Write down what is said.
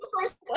first